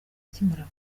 akimara